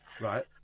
Right